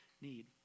need